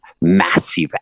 massive